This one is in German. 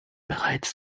bereits